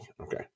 okay